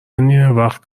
نیمهوقت